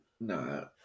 No